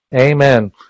Amen